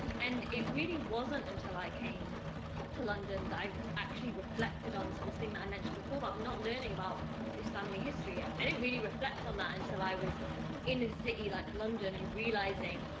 and it really wasn't until i came to london, that i've actually reflected on, so this thing that i mentioned before, about i'm not learning about this family history, i didn't really reflect on that until i was in a city like london, and realising,